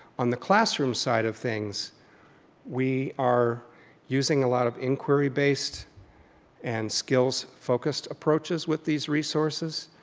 on the classroom side of things we are using a lot of inquiry based and skills focused approaches with these resources.